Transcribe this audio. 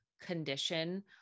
condition